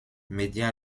media